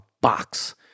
box